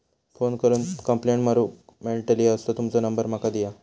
Phone करून complaint करूक मेलतली असो तुमचो नंबर माका दिया?